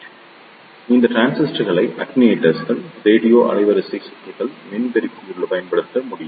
எனவே இந்த டிரான்சிஸ்டர்கள் attenators ரேடியோ அலைவரிசை சுற்றுகள் மின்பெருக்கிகளிலுள்ள பயன்படுத்த முடியும்